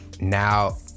now